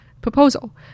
proposal